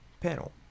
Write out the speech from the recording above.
panel